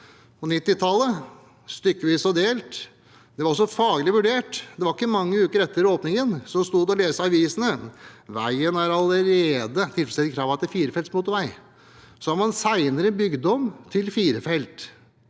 1990-tallet, stykkevis og delt. Det var også faglig vurdert. Det var ikke mange uker etter åpningen at det sto å lese i avisene: Veien har allerede tilfredsstilt kravene til firefelts motorvei. Så har man senere bygd om til fire felt.